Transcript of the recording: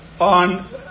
on